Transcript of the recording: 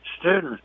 students